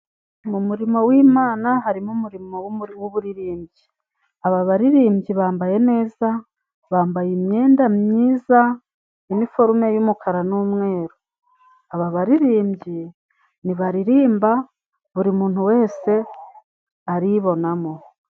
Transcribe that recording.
Mu murimo w'imana harimo umurimo w'uburirimbyi, aba baririmbyi bambaye neza, bambaye imyenda myiza iniforume y'umukara n'umweru. Aba baririmbyi nibaririmba buri muntu wese aribonamo.